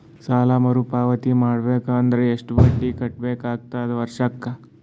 ಸಾಲಾ ಮರು ಪಾವತಿ ಮಾಡಬೇಕು ಅಂದ್ರ ಎಷ್ಟ ಬಡ್ಡಿ ಕಟ್ಟಬೇಕಾಗತದ ವರ್ಷಕ್ಕ?